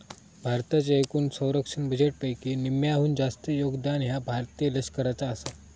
भारताच्या एकूण संरक्षण बजेटपैकी निम्म्याहून जास्त योगदान ह्या भारतीय लष्कराचा आसा